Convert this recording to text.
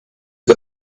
got